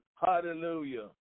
Hallelujah